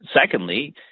Secondly